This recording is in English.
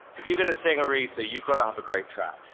if you're gonna sing aretha you've gotta have a great track